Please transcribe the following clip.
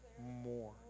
more